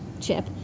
chip